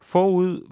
Forud